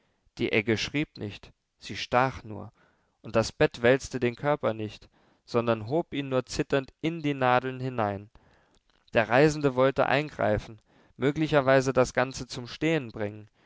die egge schrieb nicht sie stach nur und das bett wälzte den körper nicht sondern hob ihn nur zitternd in die nadeln hinein der reisende wollte eingreifen möglicherweise das ganze zum stehen bringen